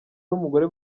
n’umugore